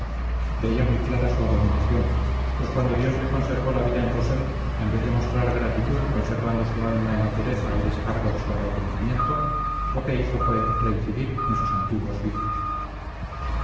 veía muy clara su abominación pues cuando dios le conservó la vida en rossell en vez de mostrar gratitud conservando su alma en la pureza y descargo de su arrepentimiento lo que hizo fue reincidir en sus antiguos vicios